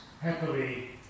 happily